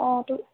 অঁ তো